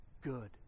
good